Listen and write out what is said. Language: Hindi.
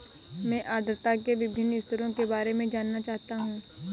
मैं आर्द्रता के विभिन्न स्तरों के बारे में जानना चाहता हूं